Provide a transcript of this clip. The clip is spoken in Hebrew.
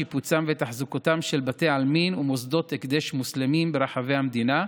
שיפוצם ותחזוקתם של בתי עלמין ומוסדות הקדש מוסלמי ברחבי המדינה,